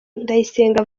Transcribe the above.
ndayisenga